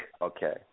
Okay